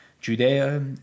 Judea